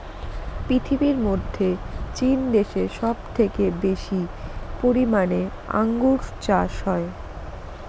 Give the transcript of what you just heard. পৃথিবীর মধ্যে চীন দেশে সব থেকে বেশি পরিমানে আঙ্গুর চাষ হয়